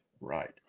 Right